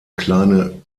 kleine